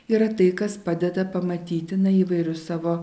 yra tai kas padeda pamatyti na įvairius savo